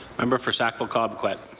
member for sackville-cobequid.